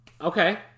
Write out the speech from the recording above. Okay